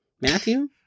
Matthew